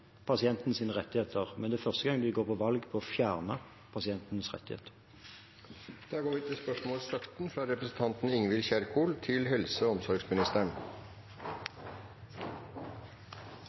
rettigheter, men det er første gang de går til valg på å fjerne pasientenes rettigheter. «Sosial ulikhet har betydning for sjansen til